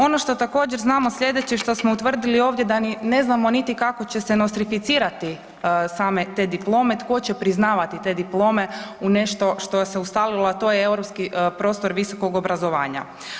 Ono što također znamo slijedeće i što smo utvrdili ovdje je da ne znamo niti kako će se nostrificirati same te diplome, tko će priznavati te diplome u nešto u što se ustalilo a to je europski prostor visokog obrazovanja.